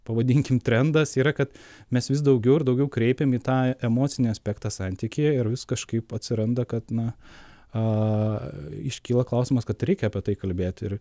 pavadinkim trendas yra kad mes vis daugiau ir daugiau kreipiam į tą emocinį aspektą santykyje ir vis kažkaip atsiranda kad na a iškyla klausimas kad reikia pasikalbėti ir